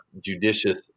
judicious